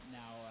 now